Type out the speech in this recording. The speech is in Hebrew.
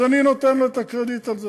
אז אני נותן לו את הקרדיט על זה.